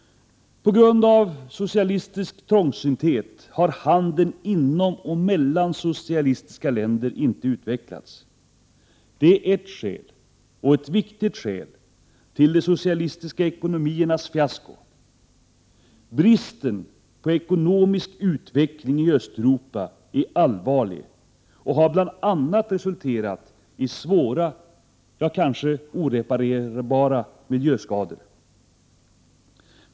På grund av socialistisk trångsynthet har handeln inom och mellan socialistiska länder inte utvecklats. Det är ett skäl, och ett viktigt skäl, till de socialistiska ekonomiernas fiasko. Bristen på ekonomisk utveckling i Öst Europa är allvarlig och har bl.a. resulterat i svåra, ja kanske oreparabla miljöskador.